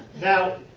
now,